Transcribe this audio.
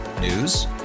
News